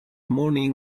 morning